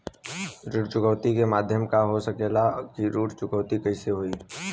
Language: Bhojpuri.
ऋण चुकौती के माध्यम का हो सकेला कि ऋण चुकौती कईसे होई?